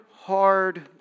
hard